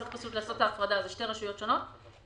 צריך לעשות את ההפרדה, אלה שתי רשויות שונות.